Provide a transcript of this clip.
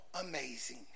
amazing